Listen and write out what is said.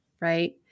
right